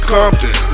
Compton